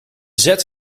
zet